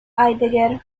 heidegger